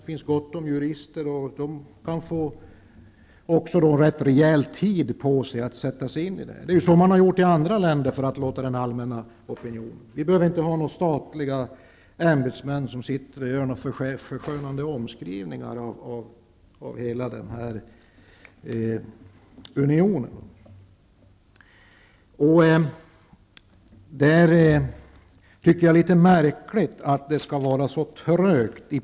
Det finns gott om jurister. De kan få rejält med tid på sig för att sätta sig in i detta. Det är så man har gjort i andra länder för att låta den allmänna opinionen komma till tals. Vi behöver inte ha några statliga ämbetsmän som sitter och gör förskönande omskrivningar av hela denna union. Jag tycker att det är litet märkligt att portföret skall vara så trögt.